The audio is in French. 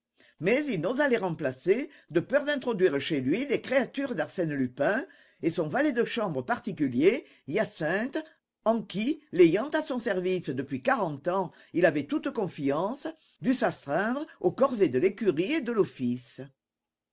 mais il n'osa les remplacer de peur d'introduire chez lui des créatures d'arsène lupin et son valet de chambre particulier hyacinthe en qui l'ayant à son service depuis quarante ans il avait toute confiance dut s'astreindre aux corvées de l'écurie et de l'office